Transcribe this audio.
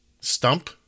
Stump